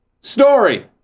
story